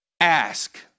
Ask